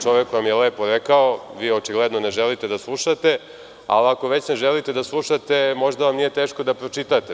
Čovek vam je lepo rekao, vi očigledno ne želite da slušate, ali ako već ne želite da slušate, možda vam nije teško da pročitate.